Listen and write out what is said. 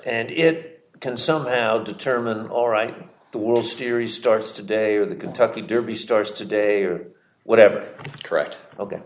and it can somehow determine all right the world series starts today or the kentucky derby starts today or whatever correct o